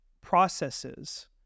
processes